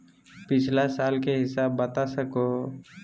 पिछला साल के हिसाब बता सको हो?